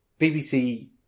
BBC